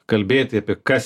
kalbėti apie kas